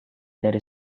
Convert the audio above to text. dari